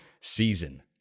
season